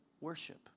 worship